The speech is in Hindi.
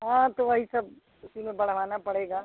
हाँ तो वही सब उसी में बनवाना पड़ेगा